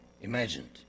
imagined